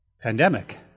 pandemic